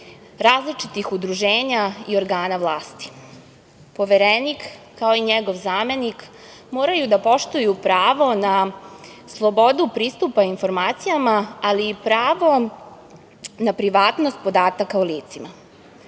različitih udruženja i organa vlasti. Poverenik, kao i njegov zamenik moraju da poštuju pravo na slobodu pristupa informacijama, ali i pravo na privatnost podataka o licima. Ne